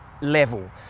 level